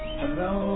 hello